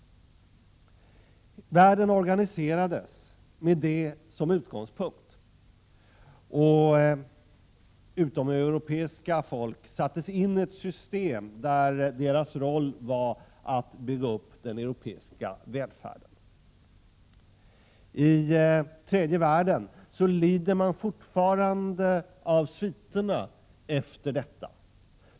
Världen organiserades med denna föreställning som utgångspunkt. Utomeuropeiska folk sattes in i ett system där deras roll var att bygga upp den europeiska välfärden. I tredje världen lider man fortfarande av sviterna efter detta.